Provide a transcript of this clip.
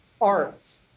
arts